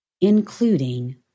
including